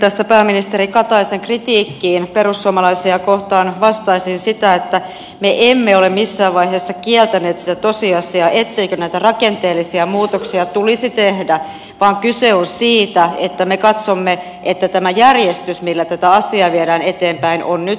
tässä pääministeri kataisen kritiikkiin perussuomalaisia kohtaan vastaisin että me emme ole missään vaiheessa kieltäneet sitä tosiasiaa etteikö näitä rakenteellisia muutoksia tulisi tehdä vaan kyse on siitä että me katsomme että tämä järjestys millä tätä asiaa viedään eteenpäin on nyt väärä